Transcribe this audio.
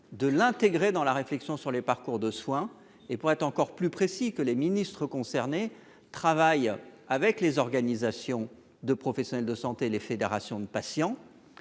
de l'intégrer dans la réflexion sur les parcours de soins et pour être encore plus précis que les ministres concernés travaillent avec les organisations de professionnels de santé, les fédérations de patients.